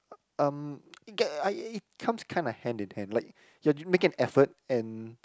um it get I it comes kind of hand in hand like you're making an effort and